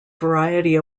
variety